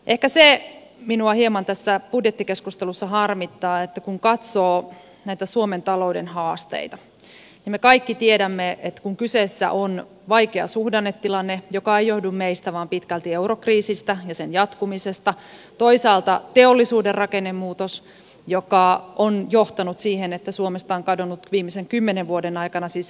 ehkä se minua hieman tässä budjettikeskustelussa harmittaa että kun katsoo näitä suomen talouden haasteita niin me kaikki tiedämme että kyseessä on vaikea suhdannetilanne joka ei johdu meistä vaan pitkälti eurokriisistä ja sen jatkumisesta toisaalta teollisuuden rakennemuutos joka on johtanut siihen että suomesta on kadonnut viimeisen kymmenen vuoden aikana siis huom